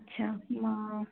আচ্ছা তোমাৰ